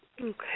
Okay